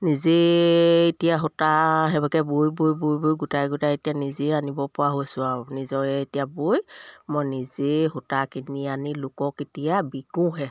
নিজেই এতিয়া সূতা সেইবাকে বৈ বৈ বৈ বৈ গোটাই গোটাই এতিয়া নিজেই আনিব পৰা হৈছোঁ আৰু নিজৰে এতিয়া বৈ মই নিজেই সূতা কিনি আনি লোকক এতিয়া বিকোহে